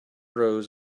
rose